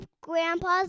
Grandpa's